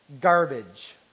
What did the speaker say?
garbage